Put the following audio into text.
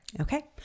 Okay